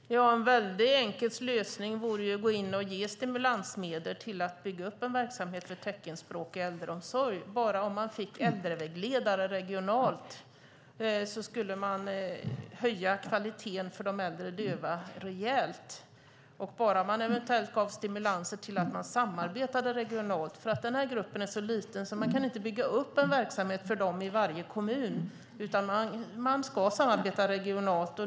Herr talman! En väldigt enkel lösning vore ju att ge stimulansmedel för att bygga upp en verksamhet för teckenspråk i äldreomsorg. Om man bara fick äldrevägledare regionalt skulle man höja kvaliteten för de äldre döva rejält. Man skulle kunna ge stimulanser för att man ska samarbeta regionalt. Den här gruppen är så liten att man inte kan bygga upp en verksamhet för den i varje kommun. Man ska samarbeta regionalt.